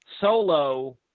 solo